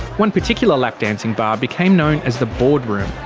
one particular lap dancing bar became known as the boardroom,